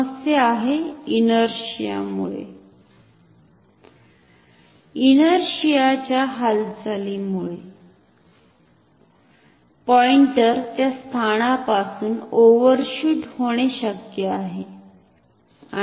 समस्या आहे इनेर्शिआमुळे इनेर्शिआच्या हालचालीमुळे पॉईंटर त्या स्थानापासून ओव्हरशुट होणे शक्य आहे